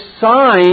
sign